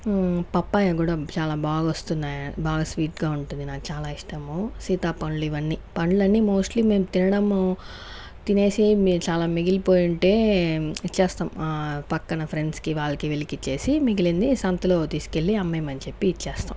papaya కూడా చాలా బాగా వస్తున్నాయి బాగా స్వీట్గా ఉంటుంది నాకు చాలా ఇష్టము సీతా పండ్లు ఇవన్నీ పండ్లన్నీ మోస్ట్లీ మేం తినడము తినేసి మీ చాలా మిగిలిపోయి ఉంటే ఇచ్చేస్తాం పక్కన ఫ్రెండ్స్కి వాళ్ళకి వీళ్ళకి ఇచ్చేసి మిగిలింది సంతలో తీసుకెళ్లి అమ్మేమని చెప్పి ఇచ్చేస్తాం